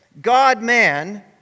God-man